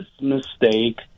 mistake